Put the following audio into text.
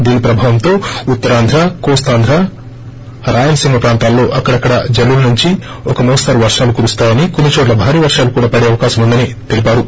దీని ప్రభావంతో ఉత్తరాంధ్ర కోస్తా రాయలసీమ ప్రాంతాల్లో అక్కడక్కడా జల్లుల నుంచి ఒక మోస్తరు వర్షాలు కురుస్తాయని కొన్నిచోట్ల భారీ వర్షాలు కూడా పడే అవకాశం ఉందని వారు తెలిపారు